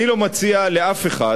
אני לא מציע לאף אחד